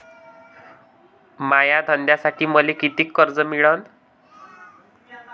माया धंद्यासाठी मले कितीक कर्ज मिळनं?